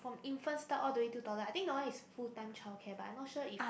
infant start all the way to toddler I think that one is full time childcare but I not sure if